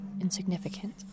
insignificant